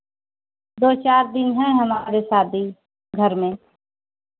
दो चार दिन हैं हमारे शादी घर में